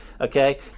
Okay